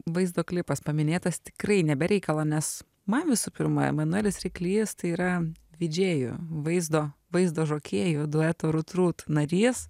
vaizdo klipas paminėtas tikrai ne be reikalo nes man visų pirma emanuelis ryklys tai yra didžėjų vaizdo vaizdo žokėjų dueto rut rut narys